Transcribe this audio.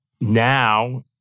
Now